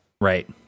Right